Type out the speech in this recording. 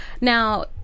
now